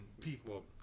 people